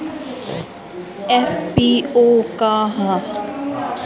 FPO का ह?